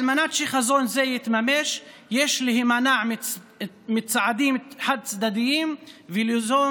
על מנת שחזון זה יתממש יש להימנע מצעדים חד-צדדיים וליזום